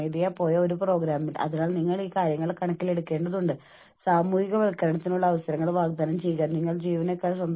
ഹൃദയ സംബന്ധമായ അസുഖങ്ങൾ ഹൃദ്രോഗം മാനസിക ലക്ഷണങ്ങൾ ഉത്കണ്ഠ വിഷാദം ജോലി സംതൃപ്തി കുറയാനുള്ള സാധ്യത എന്നിവ ഉണ്ടാകാം